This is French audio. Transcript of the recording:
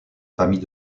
familles